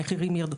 המחירים ירדו.